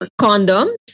condoms